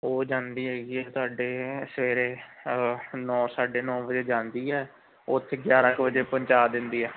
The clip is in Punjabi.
ਉਹ ਜਾਂਦੀ ਹੈਗੀ ਆ ਸਾਡੇ ਸਵੇਰੇ ਅ ਨੌਂ ਸਾਢੇ ਨੌਂ ਵਜੇ ਜਾਂਦੀ ਹੈ ਉੱਥੇ ਗਿਆਰਾਂ ਕੁ ਵਜੇ ਪਹੁੰਚਾ ਦਿੰਦੀ ਆ